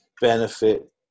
benefit